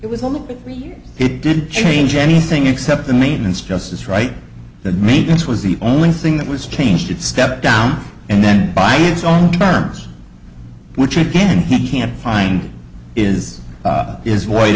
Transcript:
it was only three years it didn't change anything except the maintenance justice right the maintenance was the only thing that was changed step down and then by its own terms which again he can't find is is wait